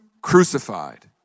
crucified